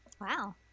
wow